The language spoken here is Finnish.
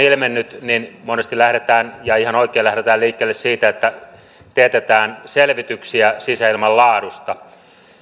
ilmennyt ongelmia niin monesti lähdetään ja ihan oikein lähdetään liikkeelle siitä että teetetään selvityksiä sisäilman laadusta